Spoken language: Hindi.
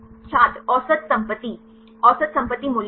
छात्र औसत संपत्ति औसत संपत्ति मूल्य